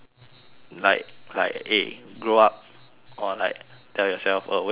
like like eh grow up or like tell yourself uh wake up your idea